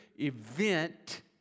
event